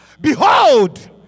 behold